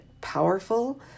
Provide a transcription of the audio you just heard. powerful